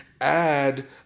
add